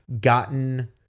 gotten